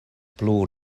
plu